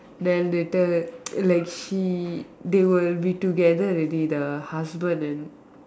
then later like she they will be together already like the husband and